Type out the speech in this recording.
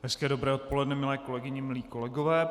Hezké dobré odpoledne, milé kolegyně, milí kolegové.